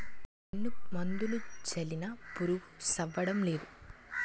ఎన్ని మందులు జల్లినా పురుగు సవ్వడంనేదు